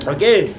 Okay